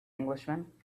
englishman